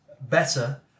better